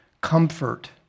Comfort